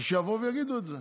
שיבואו ויגידו את זה.